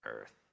earth